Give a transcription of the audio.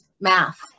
math